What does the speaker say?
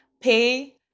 Pay